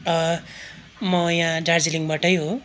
म यहाँ दार्जिलिङबाटै हो